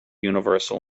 universal